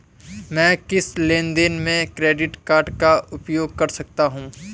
मैं किस लेनदेन में क्रेडिट कार्ड का उपयोग कर सकता हूं?